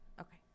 okay